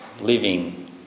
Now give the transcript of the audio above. living